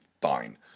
fine